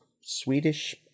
swedish